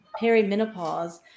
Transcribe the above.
perimenopause